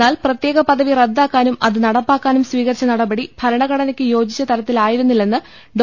എന്നാൽ പ്രത്യേക പദവി റദ്ദാക്കാനും അത് നടപ്പാക്കാനും സ്വീകരിച്ച നടപടി ഭരണഘടനയ്ക്ക് യോജിച്ച തര ത്തിലായിരുന്നില്ലെന്ന് ഡോ